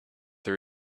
her